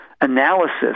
analysis